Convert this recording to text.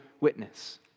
witness